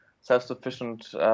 self-sufficient